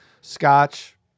scotch